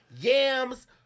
YAMS